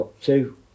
two